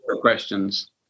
questions